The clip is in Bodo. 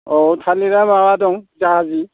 औ थालिरा दं जाहाजि